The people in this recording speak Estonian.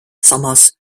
samas